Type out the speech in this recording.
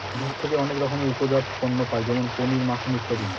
দুধ থেকে অনেক রকমের উপজাত পণ্য পায় যেমন পনির, মাখন ইত্যাদি